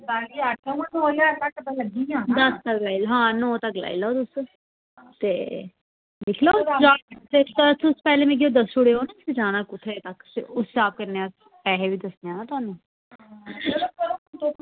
आं नौ तक्क लाई लैओ तुस तां दिक्खी लैयो ते तुस पैह्लें मिगी दस्सी ओड़ेओ ना तुसें जाना कुत्थें तक्क ते उस स्हाब कन्नै पैसे बी दस्सी ओड़ने ना तुसें ई